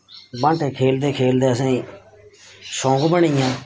बांह्टे खेलदे खेलदे असेंगी शौंक बनी गेआ